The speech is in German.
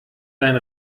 dein